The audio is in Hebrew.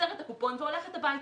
גוזרת את הקופון והולכת הביתה.